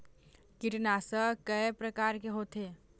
कीटनाशक कय प्रकार के होथे?